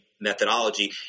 methodology